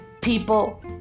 people